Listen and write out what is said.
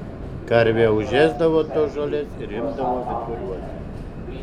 karvė užėsdavo tos žolės ir imdavo viduriuoti